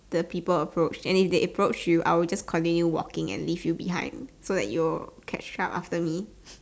the people approach and if they approach you I will just continue walking and leave you behind so that you'll catch up after me